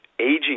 aging